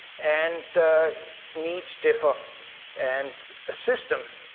and needs differ and a system,